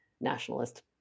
nationalist